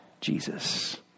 Jesus